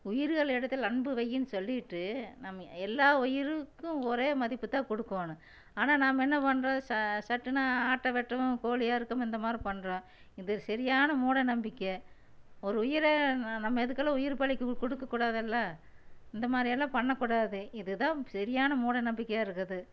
உயிர்கள் இடத்தில் அன்பு வையின்னு சொல்லிவிட்டு நம்ம எல்லா உயிருக்கும் ஒரே மதிப்பு தான் கொடுக்கோணும் ஆனால் நம்ம என்ன பண்றோம் சட்டுனு ஆட்டை வெட்டவும் கோழியை அறுக்கவும் இந்த மாதிரி பண்றோம் இது சரியான மூடநம்பிக்கை ஒரு உயிரை நம்ம இதுக்கெல்லாம் உயிர் பலிக்கு கொடுக்கக் கூடாது இல்ல இந்த மாதிரி எல்லாம் பண்ணக் கூடாது இது தான் சரியான மூடநம்பிக்கையாக இருக்குது